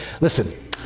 Listen